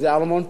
איזה ארמון פה,